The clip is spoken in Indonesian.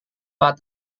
pak